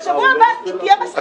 שבוע הבא תהיה מסחטה יותר גדולה.